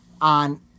on